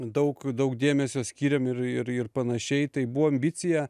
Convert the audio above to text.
daug daug dėmesio skyrėm ir ir ir panašiai tai buvo ambicija